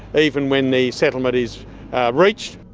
even when the settlement is reached.